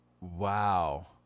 Wow